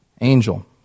angel